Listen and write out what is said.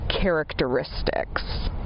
characteristics